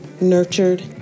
nurtured